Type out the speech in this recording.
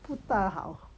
不大好